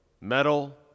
metal